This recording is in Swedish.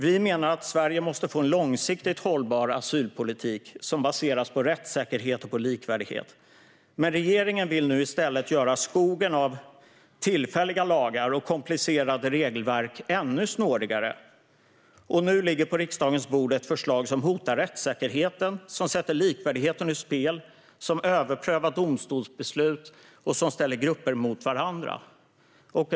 Vi menar att Sverige måste få en långsiktigt hållbar asylpolitik som baseras på rättssäkerhet och likvärdighet. Men regeringen vill nu i stället göra skogen av tillfälliga lagar och komplicerade regelverk ännu snårigare. Och nu ligger på riksdagens bord ett förslag som hotar rättssäkerheten, som sätter likvärdigheten ur spel, som överprövar domstolsbeslut och som ställer grupper mot varandra. Herr talman!